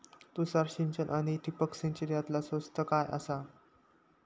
तुषार सिंचन आनी ठिबक सिंचन यातला स्वस्त काय आसा?